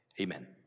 amen